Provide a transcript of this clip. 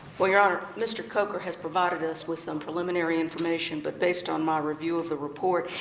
but your honor, mr. coker has provided us with some preliminary information. but based on my review of the report,